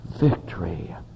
victory